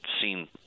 seen